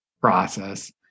process